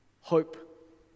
hope